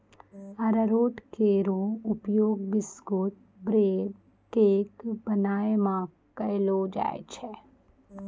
अरारोट केरो उपयोग biscuit, bread, cake बनाय म कयलो जाय छै